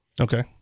Okay